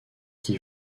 qui